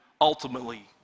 ultimately